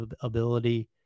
ability